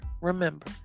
Remember